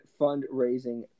fundraising